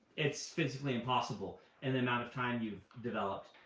it's physically impossible in the amount of time you've developed.